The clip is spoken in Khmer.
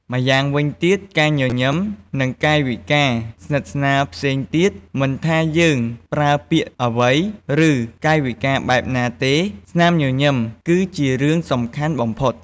ម្យ៉ាងវិញទៀត ការញញឹម និងកាយវិការស្និទ្ធស្នាលផ្សេងទៀត មិនថាយើងប្រើពាក្យអ្វី ឬកាយវិការបែបណាទេ ស្នាមញញឹម គឺជារឿងសំខាន់បំផុត។